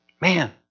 Man